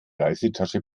reisetasche